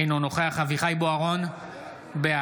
אינו נוכח אביחי אברהם בוארון,